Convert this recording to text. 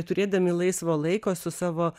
turėdami laisvo laiko su savo